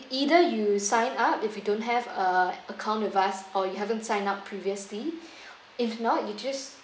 either you sign up if you don't have a account with us or you haven't sign up previously if not you just